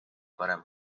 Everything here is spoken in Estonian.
parem